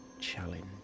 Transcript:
challenge